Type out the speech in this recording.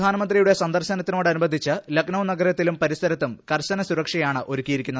പ്രധാനമന്ത്രിയുടെ സന്ദർശനത്തോടനുബന്ധിച്ച് ലക്നൌ നഗരത്തിലും പരിസരത്തും കർശന സുരക്ഷയാണ് ഒരുക്കിയിരിക്കുന്നത്